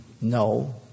No